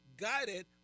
guided